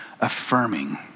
affirming